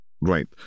Right